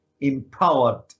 empowered